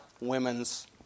women's